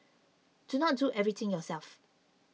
do not do everything yourself